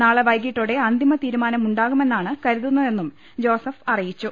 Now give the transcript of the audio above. നാളെ വൈകിട്ടോടെ അന്തിമതീരുമാനം ഉണ്ടാകുമെന്നാണ് കരുതുന്ന തെന്നും ജോസഫ് അറിയിച്ചു